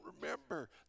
remember